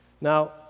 Now